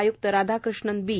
आय्क्त राधाकृष्णन बी